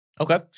Okay